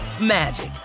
magic